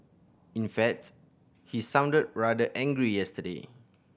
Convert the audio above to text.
in facts he sounded rather angry yesterday